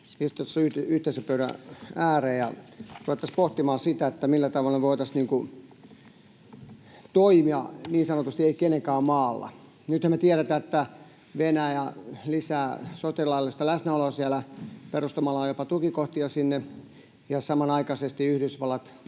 yhteisen pöydän ääreen ja ruvettaisiin pohtimaan sitä, millä tavalla me voitaisiin toimia niin sanotusti ei-kenenkään maalla. Nythän me tiedetään, että Venäjä lisää sotilaallista läsnäoloa siellä perustamalla jopa tukikohtia sinne ja samanaikaisesti Yhdysvallat